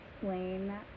explain